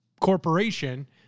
corporation